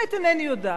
באמת אינני יודעת.